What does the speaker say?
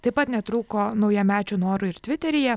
taip pat netrūko naujamečių norų ir tviteryje